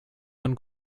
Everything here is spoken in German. von